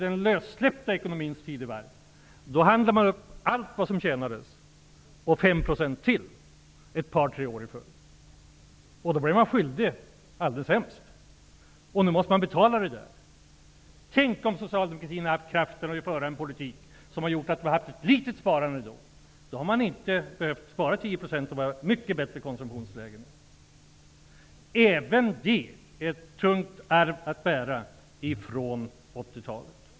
I den lössläppta ekonomins tidevarv handlade folk upp allt vad de tjänade in -- och 5 % ytterligare i några år i följd. Då blev folk skyldiga alldeles hemskt mycket pengar. Nu måste de betala. Tänk om socialdemokratin hade haft kraft att föra en politik som lockade till ett litet sparande redan då. Då hade inte folk behövt spara 10 % i dag, och konsumtionsläget skulle ha varit bättre. Även detta är ett tungt arv att bära från 1980-talet.